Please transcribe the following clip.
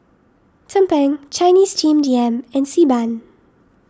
Tumpeng Chinese Steamed Yam and Xi Ban